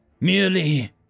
merely